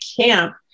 camp